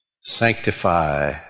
Sanctify